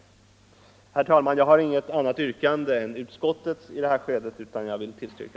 Herr talman! Jag har f. n. ingen annan hemställan än utskottets och ber därför att få yrka bifall till dénna.